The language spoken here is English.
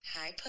Hi